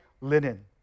linen